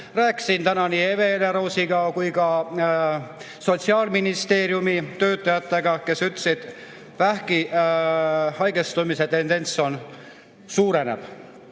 Rääkisin täna nii Hele Everausiga kui ka Sotsiaalministeeriumi töötajatega, kes ütlesid, et vähki haigestumise tendents on tugevnev.